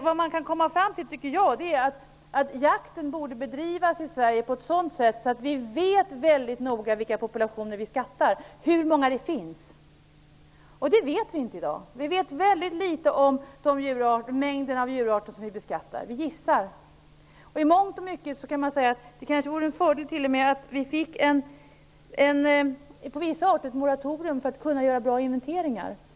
Vad man kan komma fram till är att jakten i Sverige borde bedrivas på ett sådant sätt att vi väldigt noga vet vilka populationer vi beskattar och hur många det finns. Det vet vi inte i dag. Vi vet nämligen litet om de mängder av djurarter som vi beskattar, utan vi gissar. I mångt och mycket kan man säga att det t.o.m. vore en fördel om vi fick ett moratorium för vissa arter för att kunna göra bra inventeringar.